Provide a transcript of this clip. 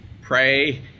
pray